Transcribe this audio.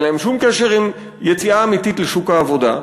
אין להן שום קשר עם יציאה אמיתית לשוק העבודה,